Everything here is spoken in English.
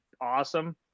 awesome